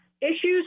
issues